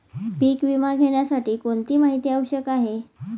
पीक विमा घेण्यासाठी कोणती माहिती आवश्यक आहे?